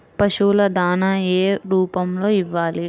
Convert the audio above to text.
పశువుల దాణా ఏ రూపంలో ఇవ్వాలి?